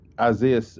Isaiah